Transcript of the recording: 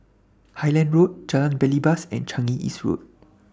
Highland Road Jalan Belibas and Changi East Road